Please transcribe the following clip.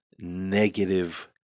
negative